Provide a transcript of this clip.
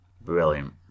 brilliant